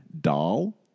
doll